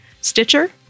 Stitcher